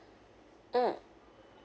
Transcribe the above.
mm